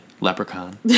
leprechaun